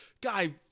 guy